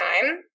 time